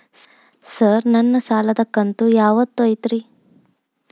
Sir ನನ್ನ ಸಾಲದ ಕಂತು ಯಾವತ್ತೂ ಐತ್ರಿ?